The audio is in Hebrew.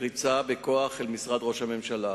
לפרוץ בכוח אל משרד ראש הממשלה.